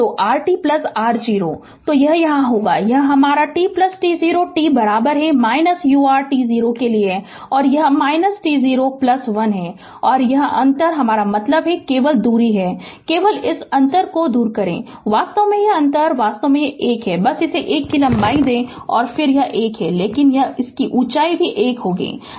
तो rt t0 तो यह यहाँ होगा यह हमारा t t0 t बराबर है urt0 के लिए और यह है t0 1 और यह अंतर हमारा मतलब केवल दूरी है केवल इस अंतर को दूर करें वास्तव में यह अंतर वास्तव में 1 है बस इसे 1 की लंबाई दें और यह भी 1 है इसलिए यह ऊंचाई भी 1 है